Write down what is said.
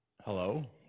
hello